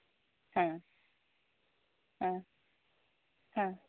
ಹಾಂ ಹಾಂ ಹಾಂ